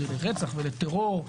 לרצח ולטרור,